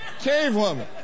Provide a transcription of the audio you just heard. cavewoman